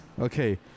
Okay